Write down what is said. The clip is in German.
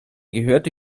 gehörte